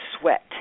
Sweat